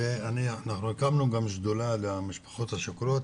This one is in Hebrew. ואנחנו הקמנו גם שדולה למשפחות השכולות,